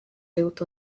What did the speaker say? built